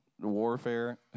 warfare